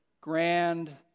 grand